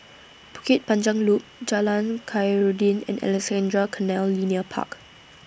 Bukit Panjang Loop Jalan Khairuddin and Alexandra Canal Linear Park